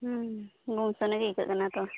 ᱦᱮᱸ ᱜᱩᱢᱴᱷᱟᱹᱱᱤ ᱜᱮ ᱟᱹᱭᱠᱟᱹᱜ ᱠᱟᱱᱟ ᱛᱚ